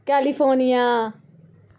California